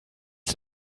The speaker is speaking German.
sie